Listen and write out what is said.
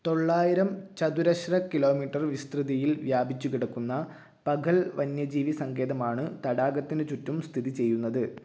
തൊള്ളായിരം ചതുരശ്ര കിലോമീറ്റർ വിസ്തൃതിയിൽ വ്യാപിച്ചുകിടക്കുന്ന പഖൽ വന്യജീവിസങ്കേതമാണ് തടാകത്തിനുചുറ്റും സ്ഥിതിചെയ്യുന്നത്